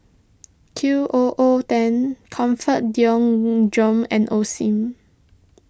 Q O O ten Comfort and Osim